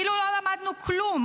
כאילו לא למדנו כלום,